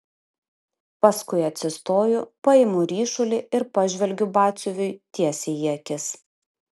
paskui atsistoju paimu ryšulį ir pažvelgiu batsiuviui tiesiai į akis